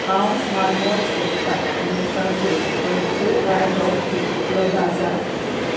हांव स्मार्टवॉच सोदता मिंत्राचेर खंयच्यो कांय टॉपीक उपलब्ध आसात